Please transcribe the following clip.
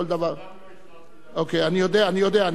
אני יודע.